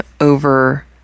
over